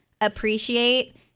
appreciate